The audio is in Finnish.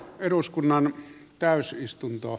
eduskunnan täysistunto